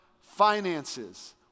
Finances